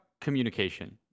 communication